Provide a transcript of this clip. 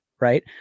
right